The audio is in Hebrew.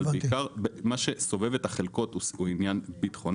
אבל מה שסובב את החלקות הוא בעיקר עניין ביטחוני.